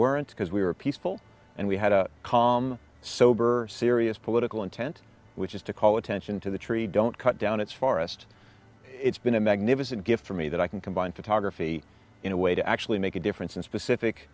weren't because we were peaceful and we had a calm sober serious political intent which is to call attention to the tree don't cut down it's far ist it's been a magnificent gift for me that i can combine photography in a way to actually make a difference in specific